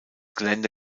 gelände